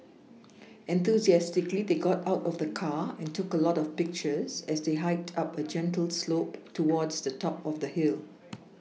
enthusiastically they got out of the car and took a lot of pictures as they hiked up a gentle slope towards the top of the hill